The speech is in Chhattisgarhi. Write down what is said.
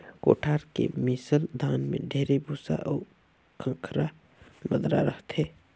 कोठार के मिसल धान में ढेरे भूसा अउ खंखरा बदरा रहथे